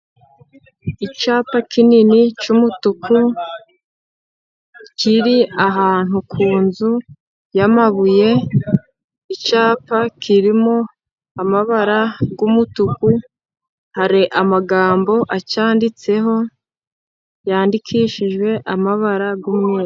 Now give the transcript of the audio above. Icyapa kinini cy'umutuku kiri ahantu ku nzu y'amabuye. Icyapa kirimo amabara y'umutuku hari amagambo acyanditseho, yandikishijwe amabara y'umweru.